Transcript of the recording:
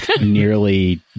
nearly